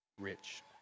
rich